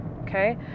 okay